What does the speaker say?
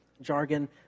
jargon